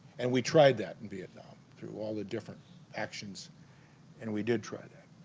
and we tried that in vietnam through all different actions and we did try that